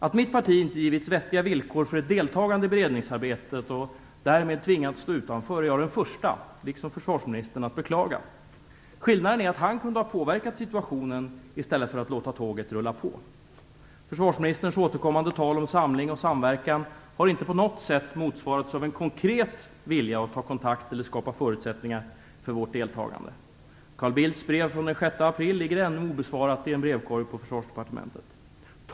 Att mitt parti inte givits vettiga villkor för ett deltagande i beredningsarbetet och därmed tvingats att stå utanför är jag den förste att, liksom försvarsministern, beklaga. Skillnaden är att han kunde ha påverkat situationen i stället för att låta tåget rulla på. Försvarsministerns återkommande tal om samling och samverkan har inte på något sätt motsvarats av en konkret vilja att ta kontakt eller skapa förutsättningar för vårt deltagande. Carl Bildts brev från den 6 april ligger ännu obesvarat i en brevkorg på Försvarsdepartementet.